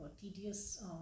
tedious